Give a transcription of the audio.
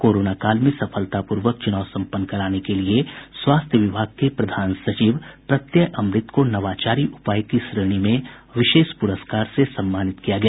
corona काल में सफलतापूर्वक चुनाव सम्पन्न कराने के लिए स्वास्थ्य विभाग के प्रधान सचिव प्रत्यय अमृत को नवाचारी उपाय की श्रेणी में विशेष प्रस्कार से सम्मानित किया गया